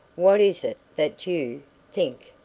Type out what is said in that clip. what is it that you think?